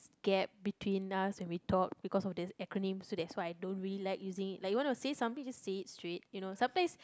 gap between us when we talk because of this acronym so that's why I don't really like using it like you want to say something just say it straight you know sometimes